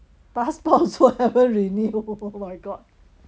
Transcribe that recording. passport also haven't renew oh my god